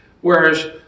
whereas